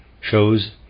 shows